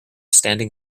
standing